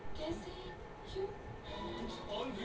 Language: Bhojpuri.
रउआ आप सब बताई धान क सबसे बढ़ियां बिया कवन होला?